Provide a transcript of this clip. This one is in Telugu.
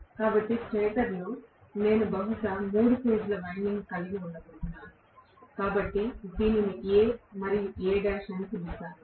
కాబట్టి స్టేటర్లో నేను బహుశా మూడు ఫేజ్ ల వైండింగ్లు కలిగి ఉండబోతున్నాను కాబట్టి దీనిని A మరియు Al అని పిలుస్తాను